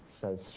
says